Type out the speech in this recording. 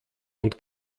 und